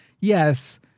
yes